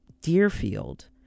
Deerfield